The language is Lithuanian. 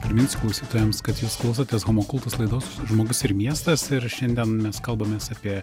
priminsiu klausytojams kad jūs klausotės homo cultus laidos žmogus ir miestas ir šiandien mes kalbamės apie